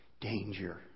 Danger